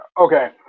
Okay